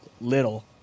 little